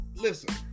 listen